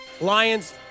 Lions